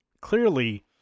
clearly